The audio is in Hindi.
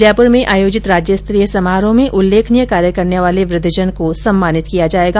जयपुर में आयोजित राज्यस्तरीय समारोह में उल्लेखनीय कार्य करने वाले वृद्धजन को सम्मानित किया जायेगा